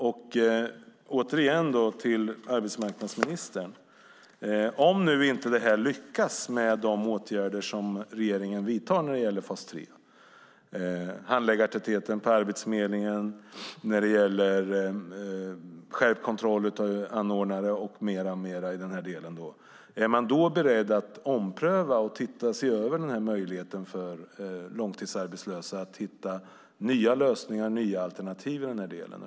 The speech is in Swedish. Återigen vänder jag mig till arbetsmarknadsministern. Om man inte lyckas med de åtgärder som regeringen vidtar - det gäller fas 3, handläggartätheten på Arbetsförmedlingen, skärpt kontroll av anordnare med mera - undrar jag: Är man då beredd att ompröva och se över möjligheten för långtidsarbetslösa att hitta nya lösningar och nya alternativ?